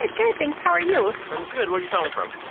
good, good, thanks. how are you? i'm good. where you calling from?